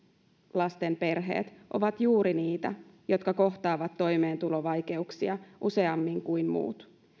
lasten perheet ovat juuri niitä jotka kohtaavat toimeentulovaikeuksia useammin kuin muut